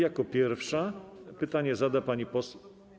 Jako pierwsza pytanie zada pani poseł.